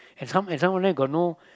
and some and some of them got no